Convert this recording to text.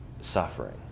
suffering